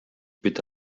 bitte